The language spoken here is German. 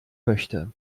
möchte